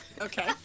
Okay